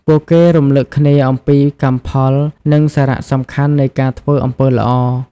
ពួកគេរំឭកគ្នាអំពីកម្មផល និងសារៈសំខាន់នៃការធ្វើអំពើល្អ។